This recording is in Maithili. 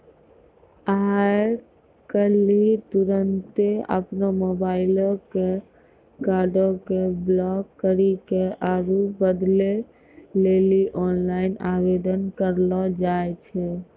आइ काल्हि तुरन्ते अपनो मोबाइलो से कार्डो के ब्लाक करि के आरु बदलै लेली आनलाइन आवेदन करलो जाय छै